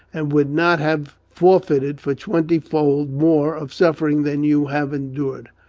and would not have forfeited for twenty-fold more of suffering than you have endured.